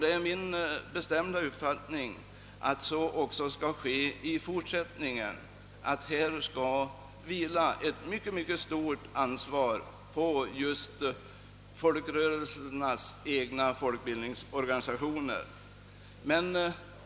Jag har den bestämda uppfattningen, att det även i fortsättningen kommer att vila ett mycket stort ansvar på folkrörelsernas egna bildningsorganisationer.